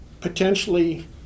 potentially